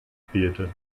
fehlte